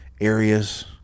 areas